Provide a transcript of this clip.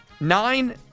nine